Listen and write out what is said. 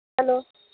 hello